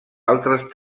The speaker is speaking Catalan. altres